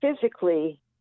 physically